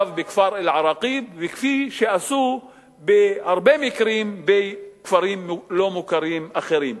בכפר אל-עראקיב וכפי שעשו בהרבה מקרים בכפרים לא מוכרים אחרים.